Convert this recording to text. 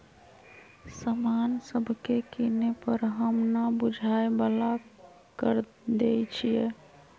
समान सभके किने पर हम न बूझाय बला कर देँई छियइ